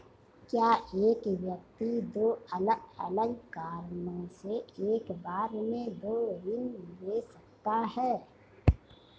क्या एक व्यक्ति दो अलग अलग कारणों से एक बार में दो ऋण ले सकता है?